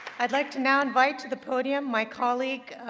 i'd like to now invite to the podium my colleague,